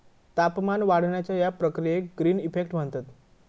तापमान वाढण्याच्या या प्रक्रियेक ग्रीन इफेक्ट म्हणतत